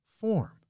form